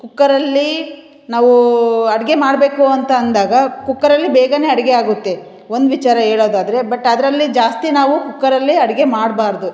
ಕುಕ್ಕರಲ್ಲಿ ನಾವು ಅಡುಗೆ ಮಾಡಬೇಕು ಅಂತ ಅಂದಾಗ ಕುಕ್ಕರಲ್ಲಿ ಬೇಗನೆ ಅಡುಗೆ ಆಗುತ್ತೆ ಒಂದು ವಿಚಾರ ಹೇಳೋದಾದ್ರೆ ಬಟ್ ಅದರಲ್ಲಿ ಜಾಸ್ತಿ ನಾವು ಕುಕ್ಕರಲ್ಲಿ ಅಡುಗೆ ಮಾಡಬಾರ್ದು